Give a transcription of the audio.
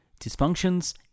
dysfunctions